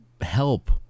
help